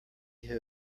who